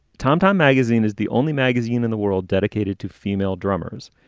tom-tom magazine is the only magazine in the world dedicated to female drummers.